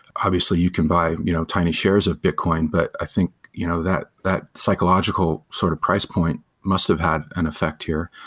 obviously you can buy no tiny shares of bitcoin, but i think you know that that psychological sort of price point must have had an effect here.